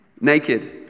naked